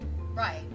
right